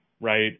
right